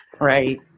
right